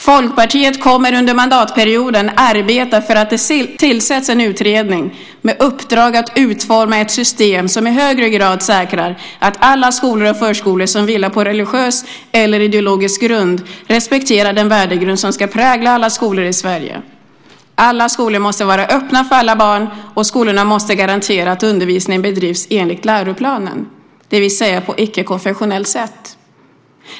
Folkpartiet kommer under mandatperioden att arbeta för att det tillsätts en utredning med uppdrag att utforma ett system som i högre grad säkrar att alla skolor och förskolor som vilar på religiös eller ideologisk grund respekterar den värdegrund som ska prägla alla skolor i Sverige. Alla skolor måste vara öppna för alla barn och skolorna måste garantera att undervisningen bedrivs enligt läroplanen, det vill säga på icke-konfessionellt sätt.